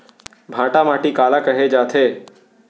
भांटा माटी काला कहे जाथे?